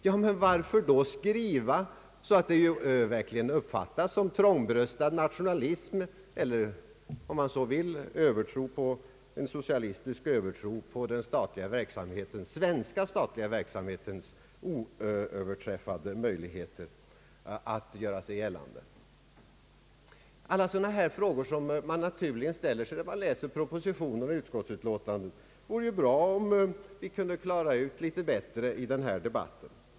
Ja, men varför då skriva på ett sätt som uppfattas som trångbröstad nationalism eller, om man så vill, en socialistisk övertro på den svenska statliga företagsamhetens oöverträffade möjligheter att göra sig gällande? Alla sådana här frågor, som man av naturliga skäl ställer sig när man läser propositionen och utskottsutlåtandet, vore det ju bra om vi fick klara ut litet bättre i denna debatt.